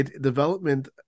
development